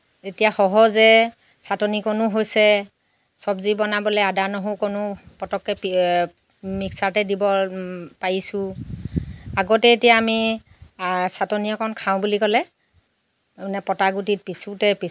এতিয়া সহজে চাটনিকনো হৈছে চবজি বনাবলৈ আদা নহৰুকণো পটককৈ মিক্সাৰতে দিব পাৰিছোঁ আগতে এতিয়া আমি চাটনি অকণ খাওঁ বুলি ক'লে মানে পটা গুটিত পিছোঁতে